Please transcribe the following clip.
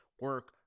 Work